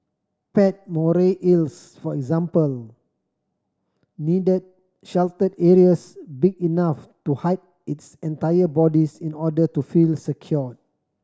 pet moray eels for example need the sheltered areas big enough to hide its entire bodies in order to feel secure